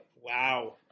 Wow